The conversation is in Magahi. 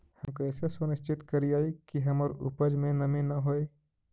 हम कैसे सुनिश्चित करिअई कि हमर उपज में नमी न होय?